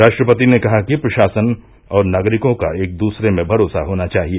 राष्ट्रपति ने कहा कि प्रशासन और नागरिकों का एक दूसरे में भरोसा होना चाहिए